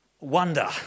wonder